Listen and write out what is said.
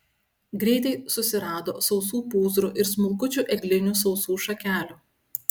greitai susirado sausų pūzrų ir smulkučių eglinių sausų šakelių